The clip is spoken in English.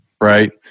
right